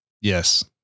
Yes